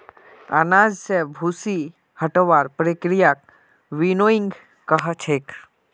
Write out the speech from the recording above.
अनाज स भूसी हटव्वार प्रक्रियाक विनोइंग कह छेक